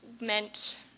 meant